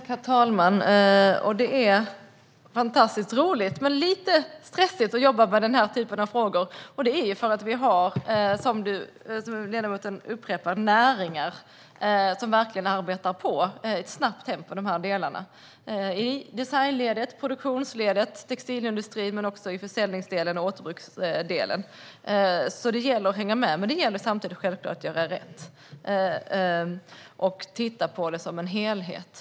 Herr talman! Det är fantastiskt roligt, men lite stressigt, att jobba med denna typ av frågor. Vi har ju nämligen, som ledamoten upprepar, näringar som verkligen arbetar på i ett snabbt tempo i design och produktionsledet och textilindustrin men också i försäljnings och återbruksledet. Så det gäller att hänga med, men det gäller samtidigt självklart att göra rätt och titta på detta som en helhet.